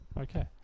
Okay